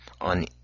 on